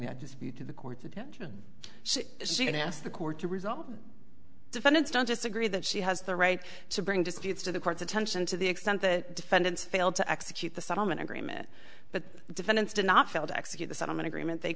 that just to the court's attention so she can ask the court to resolve defendants don't just agree that she has the right to bring disputes to the court's attention to the extent that defendants failed to execute the settlement agreement but the defendants did not fail to execute the settlement agreement they